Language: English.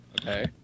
Okay